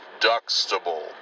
Duxtable